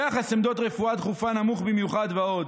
יחס עמדות רפואה דחופה נמוך במיוחד, ועוד,